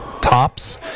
tops